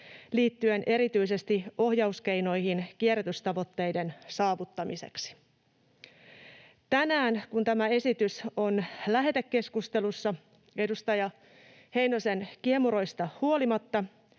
liittyen erityisesti ohjauskeinoihin kierrätystavoitteiden saavuttamiseksi. Tänään, kun tämä esitys on lähetekeskustelussa — edustaja Heinosen kiemuroista huolimatta